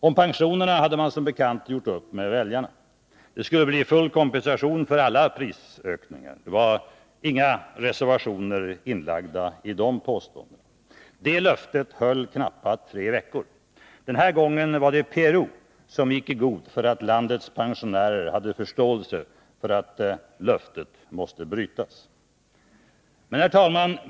Om pensionerna hade man som bekant gjort upp med väljarna. Det skulle bli full kompensation för alla prisökningar. Det var inga reservationer inlagdai de påståendena. Det löftet hölli knappa tre veckor. Den här gången var det PRO som gick i god för att landets pensionärer hade förståelse för att löftet måste brytas. Herr talman!